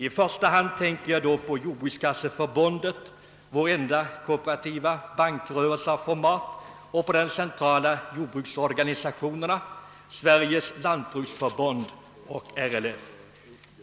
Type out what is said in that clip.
I första hand tänker jag då på Jordbrukskasseförbundet, vår enda kooperativa bankrörelse av format, och på de centrala jordbruksorganisationerna Sveriges lantbruksförbund och RLF.